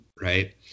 Right